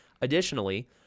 Additionally